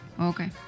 Okay